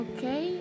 Okay